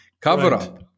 cover-up